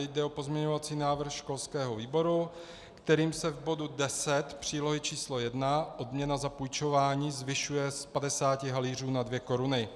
Jde o pozměňovací návrh školského výboru, kterým se v bodu 10 přílohy č. 1 Odměna za půjčování zvyšuje z 50 haléřů na dvě koruny.